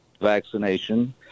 vaccination